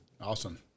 Awesome